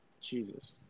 Jesus